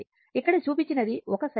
ఇక్కడ చూపించినది 1 సైకిల్